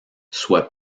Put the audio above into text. soient